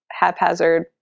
haphazard